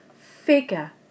Figure